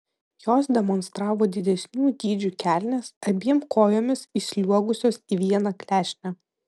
jos demonstravo didesnių dydžių kelnes abiem kojomis įsliuogusios į vieną klešnę